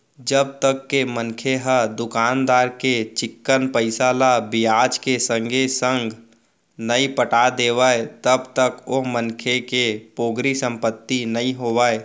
जब तक के मनखे ह दुकानदार के चिक्कन पइसा ल बियाज के संगे संग नइ पटा देवय तब तक ओ मनखे के पोगरी संपत्ति नइ होवय